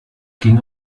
ging